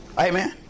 Amen